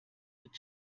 mit